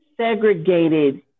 segregated